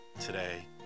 today